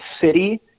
city